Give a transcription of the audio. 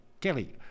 Kelly